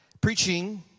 Preaching